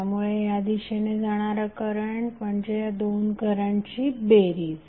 त्यामुळे ह्या दिशेने जाणारा करंट म्हणजे या दोन करंटची बेरीज